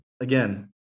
Again